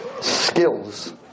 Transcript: skills